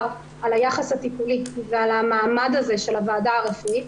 על היחס הטיפולי ועל המעמד הזה של הוועדה הרפואית,